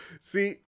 See